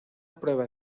prueba